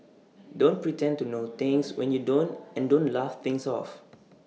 don't pretend to know things when you don't and don't laugh things off